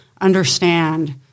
understand